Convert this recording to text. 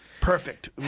perfect